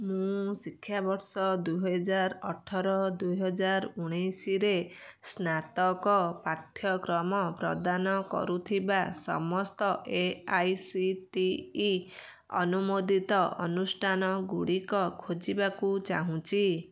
ମୁଁ ଶିକ୍ଷାବର୍ଷ ଦୁଇ ହଜାର ଅଠର ଦୁଇ ହଜାର ଉଣେଇଶରେ ସ୍ନାତକ ପାଠ୍ୟକ୍ରମ ପ୍ରଦାନ କରୁଥିବା ସମସ୍ତ A I C T E ଅନୁମୋଦିତ ଅନୁଷ୍ଠାନଗୁଡ଼ିକ ଖୋଜିବାକୁ ଚାହୁଁଛି